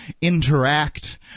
interact